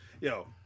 yo